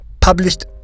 published